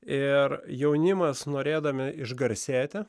ir jaunimas norėdami išgarsėti